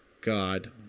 god